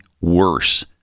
worse